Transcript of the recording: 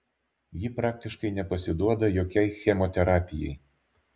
ji praktiškai nepasiduoda jokiai chemoterapijai